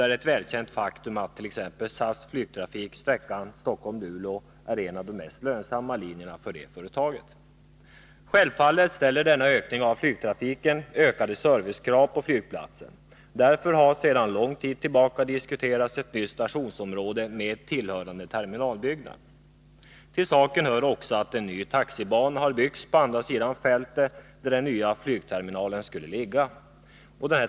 Det är ett välkänt faktum att SAS flygtrafik på sträckan Stockholm—-Luleå är en av de mest lönsamma linjerna för företaget. Självfallet medför denna ökning av flygtrafiken höjda servicekrav på flygplatsen. Därför har sedan lång tid tillbaka ett nytt stationsområde med tillhörande terminalbyggnad diskuterats. Till saken hör också att en ny taxibana har byggts på den sida av fältet där den nya flygterminalen skulle ligga.